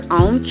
own